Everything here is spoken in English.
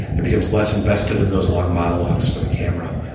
it becomes less invested in those long monologues to the camera.